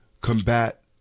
combat